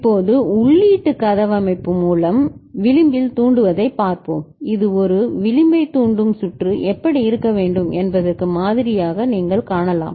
இப்போது உள்ளீட்டு கதவடைப்பு மூலம் விளிம்பில் தூண்டுவதைப் பார்ப்போம் இது ஒரு விளிம்பைத் தூண்டும் சுற்று எப்படி இருக்க வேண்டும் என்பதற்கு மாதிரியாக நீங்கள் காணலாம்